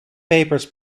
papers